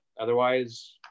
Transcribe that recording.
Otherwise